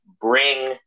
bring